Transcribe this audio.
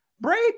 break